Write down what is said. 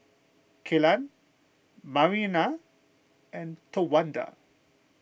Kellan Marianna and Towanda